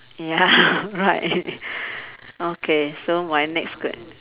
ya right okay so my next que~